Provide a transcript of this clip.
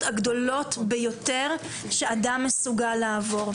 הגדולות ביותר שאדם מסוגל לעבור.